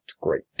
great